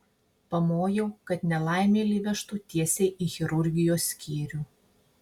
pamojau kad nelaimėlį vežtų tiesiai į chirurgijos skyrių